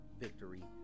victory